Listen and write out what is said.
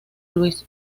luis